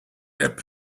app